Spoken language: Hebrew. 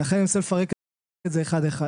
לכן אני מנסה לפרק את זה אחד אחד.